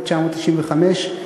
התשנ"ה 1995,